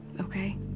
Okay